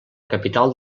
capital